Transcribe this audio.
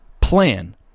plan